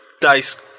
Dice